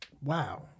wow